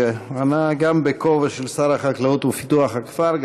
שענה גם בכובע של שר החקלאות ופיתוח הכפר,